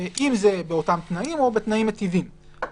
אם זה באותם תנאים או בתנאים מיטיבים,